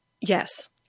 Yes